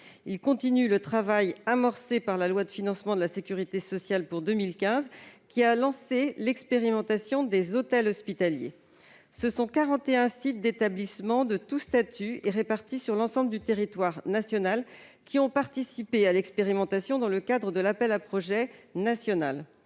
de poursuivre le travail amorcé par la loi de financement de la sécurité sociale pour 2015, qui a lancé l'expérimentation des hôtels hospitaliers. Ce sont 41 sites d'établissements de tous statuts, répartis sur l'ensemble du territoire national, qui ont participé à l'expérimentation dans le cadre d'un appel à projets national.